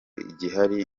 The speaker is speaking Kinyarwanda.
igihari